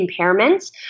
impairments